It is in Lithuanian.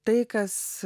tai kas